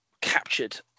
captured